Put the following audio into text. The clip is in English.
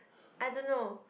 I don't know